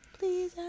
Please